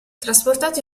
trasportato